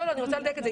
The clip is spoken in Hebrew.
אני רוצה לדייק את זה.